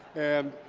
and